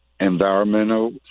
environmental